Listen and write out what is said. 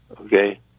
Okay